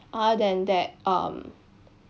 other than that um